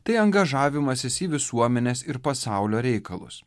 tai angažavimasis į visuomenės ir pasaulio reikalus